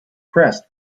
pressed